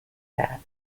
that